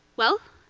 well,